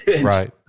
right